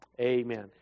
amen